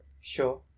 Sure